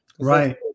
Right